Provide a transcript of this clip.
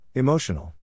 Emotional